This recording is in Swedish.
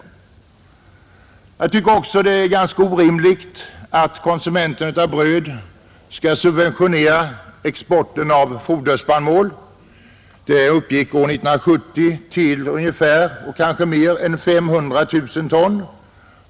Jag tycker också att det är ganska orimligt att konsumenterna av bröd skall subventionera exporten av foderspannmål, som under år 1970 uppgick till mer än 500 000 ton.